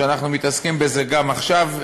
שאנחנו מתעסקים בזה גם עכשיו,